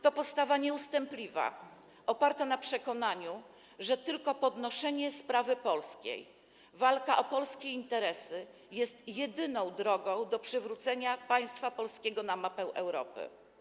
To była postawa nieustępliwa, oparta na przekonaniu, że tylko podnoszenie sprawy polskiej, walka o polskie interesy jest jedyną drogą do przywrócenia państwa polskiego na mapę Europy.